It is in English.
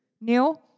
new